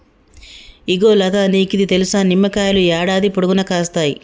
ఇగో లతా నీకిది తెలుసా, నిమ్మకాయలు యాడాది పొడుగునా కాస్తాయి